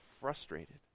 frustrated